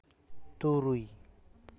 ᱛᱩᱨᱩᱭ